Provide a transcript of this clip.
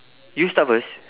you start first